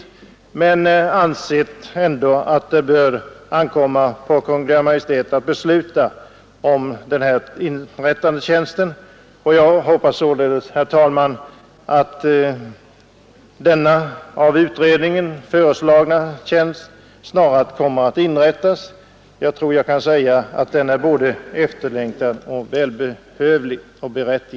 Utskottet har emellertid ändå ansett att det bör ankomma på Kungl. Maj:t att besluta om inrättandet av den här tjänsten, och jag hoppas således, herr talman, att denna av fältstationsutredningen föreslagna tjänst snarast kommer att inrättas. Den är efterlängtad, välbehövlig och berättigad.